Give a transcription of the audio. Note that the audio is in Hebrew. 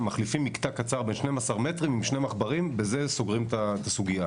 מחליפים מקטע קצר ב-12 מטרים עם שני מחברים ובזה סוגרים את הסוגייה.